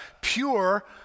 pure